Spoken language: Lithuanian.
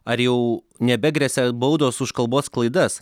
ar jau nebegresia baudos už kalbos klaidas